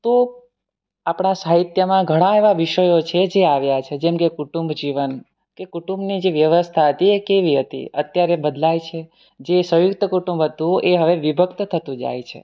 તો આપણા સાહિત્યમાં ઘણા એવા વિષયો છે જે આવ્યા છે જેમ કે કુટુંબ જીવન કે કુટુંબની જે વ્યવસ્થા હતી એ કેવી હતી અત્યારે બદલાય છે જે સંયુક્ત કુટુંબ હતું એ હવે વિભક્ત થતું જાય છે